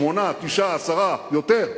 8, 9, 10, יותר.